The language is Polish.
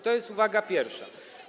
To jest uwaga pierwsza.